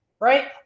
right